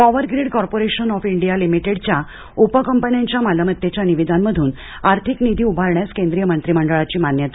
power grid corporation of India लिमिटेडच्या उपकंपन्यांच्या मालमत्तेच्या निविदांमधून आर्थिक निधी उभारण्यास केंद्रीय मंत्रीमंडळाची मान्यता